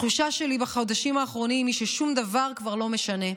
התחושה שלי בחודשים האחרונים היא ששום דבר כבר לא משנה,